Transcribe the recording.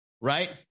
right